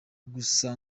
gusa